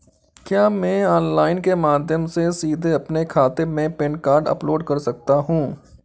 क्या मैं ऑनलाइन के माध्यम से सीधे अपने खाते में पैन कार्ड अपलोड कर सकता हूँ?